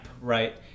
right